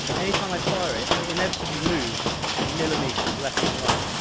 anytime i fire it, it inevitably moves millimeters left and right,